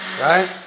Right